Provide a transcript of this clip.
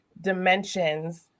dimensions